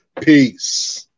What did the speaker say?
Peace